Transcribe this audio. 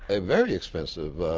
ah very expensive.